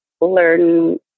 learn